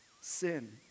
sin